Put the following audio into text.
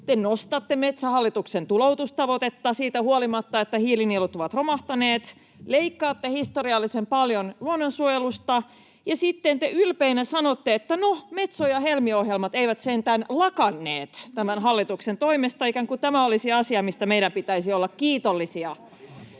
nostatte Metsähallituksen tuloutustavoitetta siitä huolimatta, että hiilinielut ovat romahtaneet, leikkaatte historiallisen paljon luonnonsuojelusta, ja sitten te ylpeinä sanotte, että no, Metso- ja Helmi-ohjelmat eivät sentään lakanneet tämän hallituksen toimesta, ikään kuin tämä olisi asia, mistä meidän pitäisi olla kiitollisia.